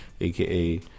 aka